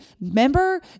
remember